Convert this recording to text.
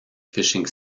fishing